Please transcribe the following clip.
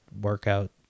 workout